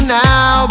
now